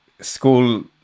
school